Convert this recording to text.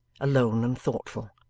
alone and thoughtful.